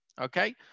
okay